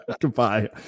Goodbye